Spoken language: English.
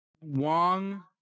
Wong